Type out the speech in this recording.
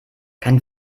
kein